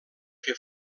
que